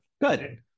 Good